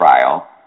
trial